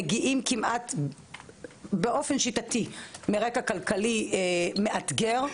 מגיעים כמעט באופן שיטתי מרקע כלכלי מאתגר,